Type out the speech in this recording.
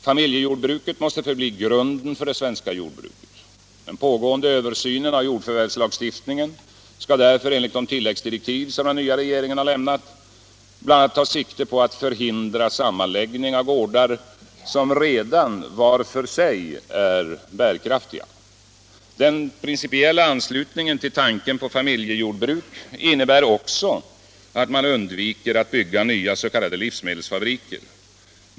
Familjejordbruket måste förbli grunden för det svenska jordbruket. Den pågående översynen av jordförvärvslagstiftningen skall därför enligt de tilläggsdirektiv som den nya regeringen har lämnat bl.a. ta sikte på att förhindra sammanläggning av gårdar som redan var för sig är bärkraftiga. Den principiella anslutningen till tanken på familjejordbruk innebär också att man undviker att bygga nya s.k. livsmedelsfabriker.